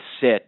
sit